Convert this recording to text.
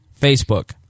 Facebook